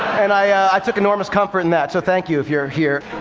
and i took enormous comfort in that. so thank you, if you're here.